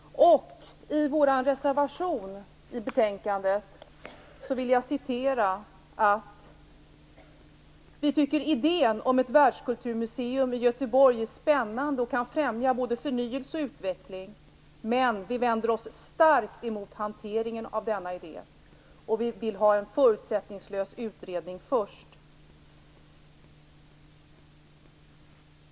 I vår reservation till betänkandet står det att vi tycker att idén om ett världskulturmuseum i Göteborg är spännande och kan främja både förnyelse och utveckling men att vi vänder oss starkt emot hanteringen av denna idé, och att vi vill ha en förutsättningslös utredning först.